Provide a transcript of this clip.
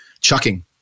chucking